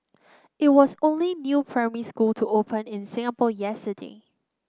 it was the only new primary school to open in Singapore yesterday